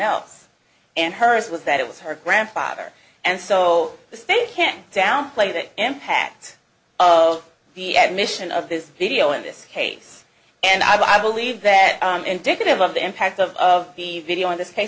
else and hers was that it was her grandfather and so the state can downplay that impact of the admission of this video in this case and i believe that indicative of the impact of the video in this case